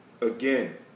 again